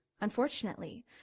Unfortunately